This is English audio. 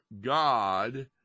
God